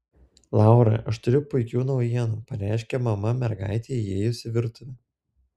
laura aš turiu puikių naujienų pareiškė mama mergaitei įėjus į virtuvę